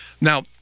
Now